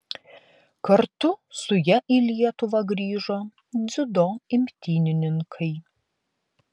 kartu su ja į lietuvą grįžo dziudo imtynininkai